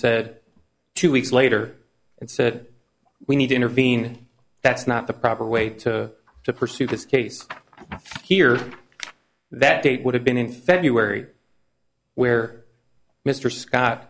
said two weeks later and said we need to intervene that's not the proper way to to pursue this case here that date would have been in february where mr scott